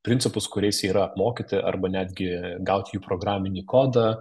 principus kuriais jie yra mokyti arba netgi gaut jų programinį kodą